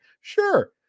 Sure